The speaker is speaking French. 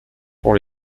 pour